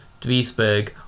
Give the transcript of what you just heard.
Duisburg